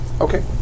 Okay